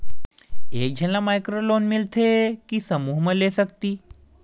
एक झन ला माइक्रो लोन मिलथे कि समूह मा ले सकती?